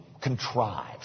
contrived